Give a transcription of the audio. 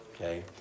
okay